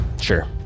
sure